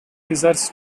desires